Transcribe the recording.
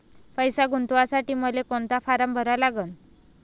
पैसे गुंतवासाठी मले कोंता फारम भरा लागन?